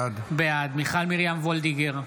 בעד מיכל מרים וולדיגר,